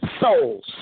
souls